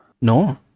No